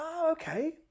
okay